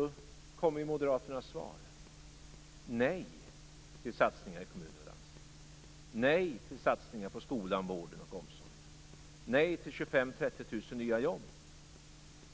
Då kommer Moderaternas svar: Nej, till satsningar i kommuner och landsting. Nej, till satsningar på skolan, vården och omsorgen. Nej, till 25 000-30 000 nya jobb.